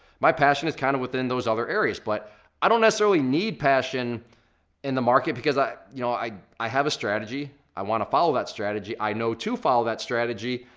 my passion is counted within those other areas, but i don't necessarily need passion in the market because i you know i have a strategy, i want to follow that strategy, i know to follow that strategy,